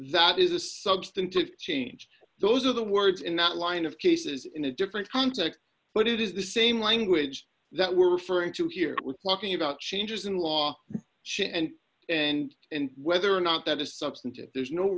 that is a substantive change those are the words in that line of cases in a different context but it is the same language that we're referring to here we're talking about changes in law and and and whether or not that is substantive there's no